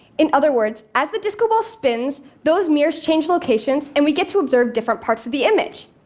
in other words, as the disco ball spins, those mirrors change locations and we get to observe different parts of the image.